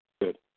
Good